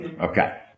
Okay